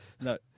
No